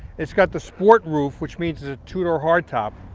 it's got the sport roof, which means a two-door hard top.